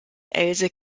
else